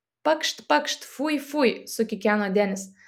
pakšt pakšt fui fui sukikeno denis